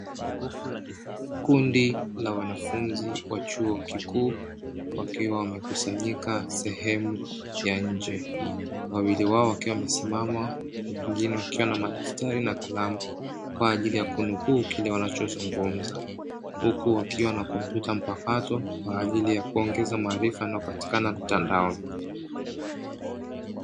Kundi la wanafunzi wa chuo kikuu wakiwa wamekusanyika sehemu ya nje wawili hao wakiwa wamesimama na wengine wakiwa na kalamu kwajili ya kunukuu kile wanacho zungumza, huku wakiwa na kompyuta mpakato kwajili ya kuongeza maarifa yanayopatikana mtandaoni.